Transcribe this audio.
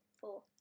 four